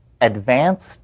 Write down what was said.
advanced